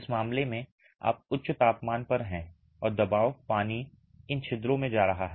इस मामले में आप उच्च तापमान पर हैं और दबाव पानी इन छिद्रों में जा रहा है